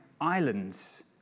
islands